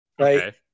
right